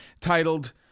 titled